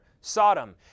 Sodom